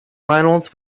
finals